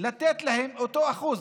לתת להם אותו אחוז.